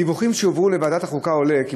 מדיווחים שהועברו לוועדת החוקה עולה כי